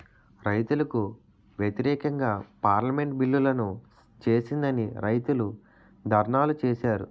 రైతులకు వ్యతిరేకంగా పార్లమెంటు బిల్లులను చేసిందని రైతులు ధర్నాలు చేశారు